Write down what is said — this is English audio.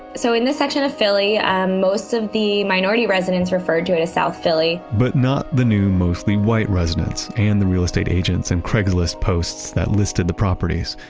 so, in this section of philly, and most of the minority residents refer to it as south philly but, not the new, mostly white residents and the real estate agents and craigslist posts that listed the properties.